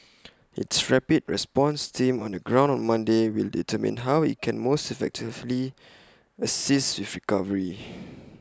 its rapid response team on the ground on Monday will determine how IT can most effectively assist with recovery